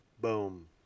Boom